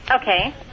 Okay